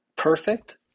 perfect